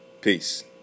peace